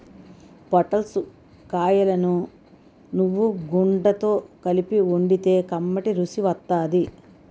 పొటల్స్ కాయలను నువ్వుగుండతో కలిపి వండితే కమ్మటి రుసి వత్తాది